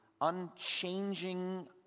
unchanging